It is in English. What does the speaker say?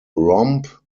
romp